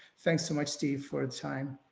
thanks so much. steve for time.